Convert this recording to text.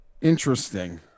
Interesting